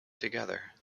together